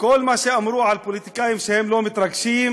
כל מה שאמרו על פוליטיקאים שהם לא מתרגשים,